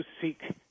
seek